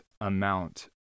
amount